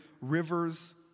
rivers